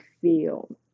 feel